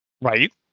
Right